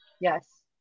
Yes